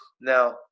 now